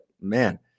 man